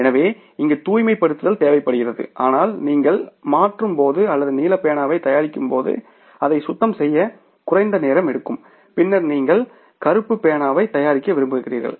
எனவே இங்கு தூய்மைப்படுத்துதல் தேவைப்படுகிறது ஆனால் நீங்கள் மாற்றும் போது அல்லது நீல பேனாவை தயாரிக்கும்போது அதை சுத்தம் செய்ய குறைந்த நேரம் எடுக்கும் பின்னர் நீங்கள் கருப்பு பேனாவை தயாரிக்க விரும்புகிறீர்கள்